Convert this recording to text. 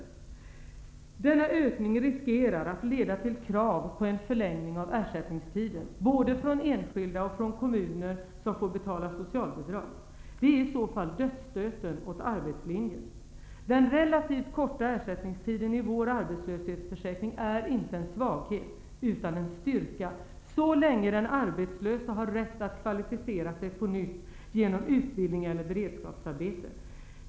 En ökning av antalet utförsäkrade riskerar att leda till krav på en förlängning av ersättningstiden -- både från enskilda och från kommuner, som får betala socialbidrag. Detta är i så fall dödsstöten för arbetslinjen. Den relativt korta ersättningstiden i vår arbetslöshetsförsäkring är inte en svaghet utan en styrka, så länge den arbetslöse har rätt att kvalificera sig på nytt genom utbildning eller beredskapsarbete.